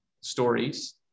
stories